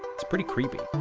it's pretty creepy.